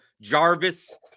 Jarvis